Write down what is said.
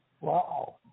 Wow